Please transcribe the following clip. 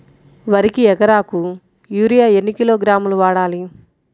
వరికి ఎకరాకు యూరియా ఎన్ని కిలోగ్రాములు వాడాలి?